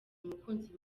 umukunzi